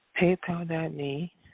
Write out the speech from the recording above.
paypal.me